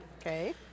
Okay